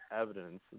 evidence